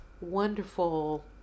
wonderful